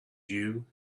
you